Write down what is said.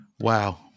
Wow